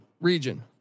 region